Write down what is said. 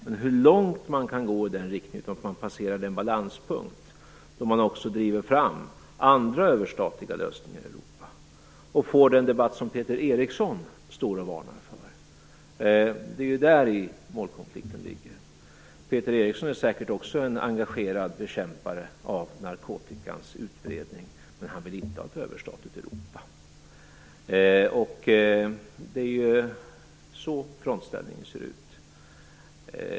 Men hur långt man kan gå i den riktningen utan att passera den balanspunkt då man också driver fram andra överstatliga lösningar i Europa och får den debatt som Peter Eriksson varnar för är just den fråga som målkonflikten består i. Peter Eriksson är säkert också en engagerad bekämpare av narkotikans utbredning, men han vill inte ha ett överstatligt Europa. Det är så frontställningen ser ut.